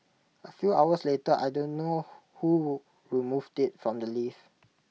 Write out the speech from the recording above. A few hours later I don't know who removed IT from the lift